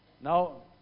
Now